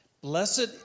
Blessed